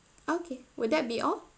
okay would that be all